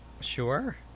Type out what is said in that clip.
Sure